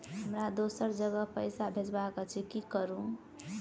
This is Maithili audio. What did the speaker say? हमरा दोसर जगह पैसा भेजबाक अछि की करू?